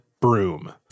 broom